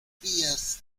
vías